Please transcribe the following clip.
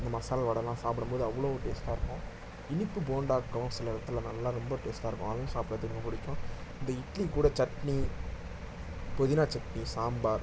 இந்த மசாலா வடைலாம் சாப்பிடும்போது அவ்வளோ டேஸ்டாக இருக்கும் இனிப்பு போன்டாக்களும் சில இடத்துல நல்லா ரொம்ப டேஸ்டாக இருக்கும் அதுவும் சாப்பிட்றதுக்கு ரொம்ப பிடிக்கும் இந்த இட்லி கூட சட்னி புதினா சட்னி சாம்பார்